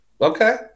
Okay